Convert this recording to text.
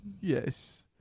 Yes